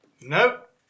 Nope